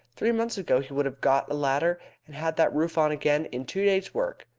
three months ago he would have got a ladder and had that roof on again in two days' work.